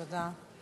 תודה.